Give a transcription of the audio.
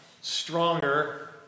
stronger